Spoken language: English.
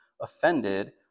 offended